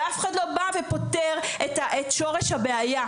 ואף אחד לא בא ומדבר על שורש הבעיה,